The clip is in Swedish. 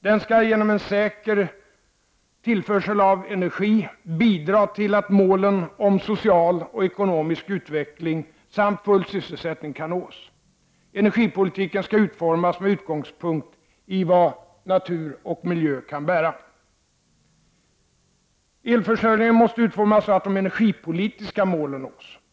Den skall genom en säker tillförsel av energi bidra till att målen om en social och ekonomisk utveckling samt full sysselsättning kan nås. Energipolitiken skall utformas med utgångspunkt i vad natur och miljö kan bära. Elförsörjningen måste utformas så att de energipolitiska målen nås.